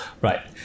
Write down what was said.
Right